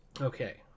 Okay